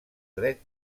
dret